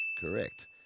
correct